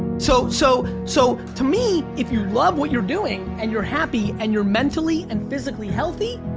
so so so, to me, if you love what you're doing and you're happy, and you're mentally and physically healthy,